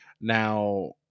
Now